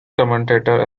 commentator